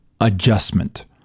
adjustment